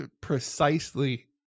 precisely